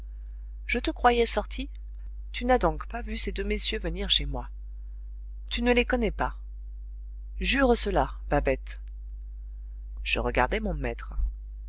je te croyais sortie tu n'as donc pas vu ces deux messieurs venir chez moi tu ne les connais pas jure cela babette je regardais mon maître